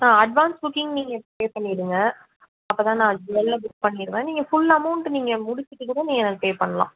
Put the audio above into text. ஆ advance booking நீங்கள் pay பண்ணிவிடுங்க அப்ப தான் நான் ஜ்வல்லை புக் பண்ணிருவேன் நீங்கள் ஃபுல் அமௌண்டு நீங்கள் முடிச்சதுக்கு அப்புறம் நீங்கள் எனக்கு பே பண்ணலாம்